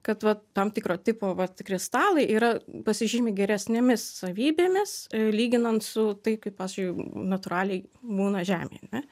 kad vat tam tikro tipo vat kristalai yra pasižymi geresnėmis savybėmis lyginant su tai kaip pavyzdžiui natūraliai būna žemėj ane